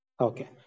Okay